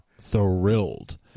Thrilled